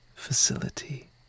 Facility